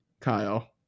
Kyle